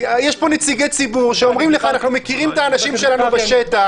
יש פה נציגי ציבור שאומרים לך: אנחנו מכירים את האנשים שלנו בשטח.